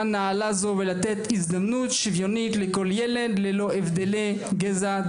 נעלה זו ולתת הזדמנות שיוונית לכל ילד ללא הבדל גזע,